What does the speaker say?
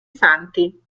santi